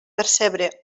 percebre